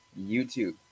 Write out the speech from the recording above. YouTube